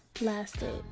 Lasted